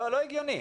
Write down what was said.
לא הגיוני.